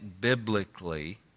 biblically